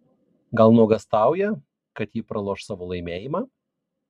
gal nuogąstauja kad ji praloš savo laimėjimą